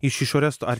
iš išorės ar